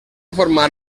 formar